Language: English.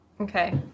Okay